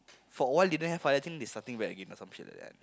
for awhile didn't have ah I think they starting back again or some shit like that